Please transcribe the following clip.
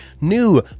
new